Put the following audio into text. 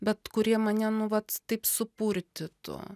bet kurie mane nu vat taip supurtytų